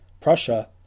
Prussia